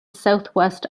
southwest